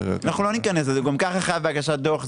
אנחנו לא ניכנס לזה, גם ככה הוא חייב בהגשת דוח.